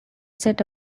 set